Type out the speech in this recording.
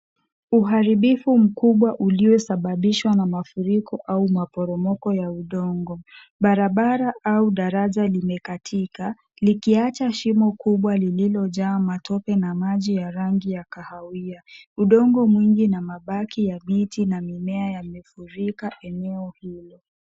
Uharibifu mkubwa uliyoshababishwa na mafuriko au maporomoko ya udongo. Barabara au daraja limekatika likiacha shimo kubwa lilojaa matope na maji ya rangi ya kahawia, udongo mwingi na mabaki ya viti na mimea yamefurika eneo hilo.